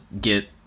get